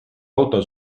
auto